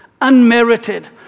unmerited